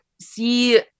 see